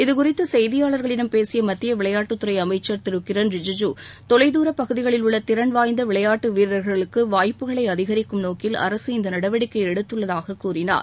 இதுகுறித்து செய்தியாளர்களிடம் பேசிய மத்திய விளையாட்டுத்துறை அமைச்சர் திரு கிரண் ரிஜிஜூ தொலைதூரப் பகுதிகளில் உள்ள திறன் வாய்ந்த விளையாட்டு வீரர்களுக்கு வாய்ப்புகளை அதிகரிக்கும் நோக்கில் அரசு இந்த நடவடிக்கையை எடுத்துள்ளதாகக் கூறினார்